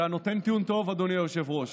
אתה נותן טיעון טוב, אדוני היושב-ראש,